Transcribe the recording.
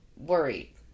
worried